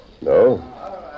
No